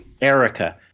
Erica